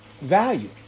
value